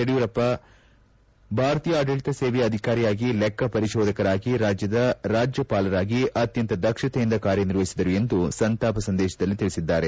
ಯಡಿಯೂರಪ್ಪ ಭಾರತೀಯ ಆಡಳಿತ ಸೇವೆಯ ಅಧಿಕಾರಿಯಾಗಿ ಲೆಕ್ಕ ಪರಿಶೋಧಕರಾಗಿ ರಾಜ್ಯದ ರಾಜ್ಯಪಾಲರಾಗಿ ಅತ್ಯಂತ ದಕ್ಷತೆಯಿಂದ ಕಾರ್ಯನಿರ್ವಹಿಸಿದರು ಎಂದು ಸಂತಾಪ ಸಂದೇತದಲ್ಲಿ ತಿಳಿಸಿದ್ದಾರೆ